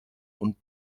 und